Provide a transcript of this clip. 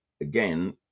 again